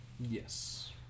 Yes